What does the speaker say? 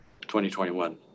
2021